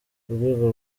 urwego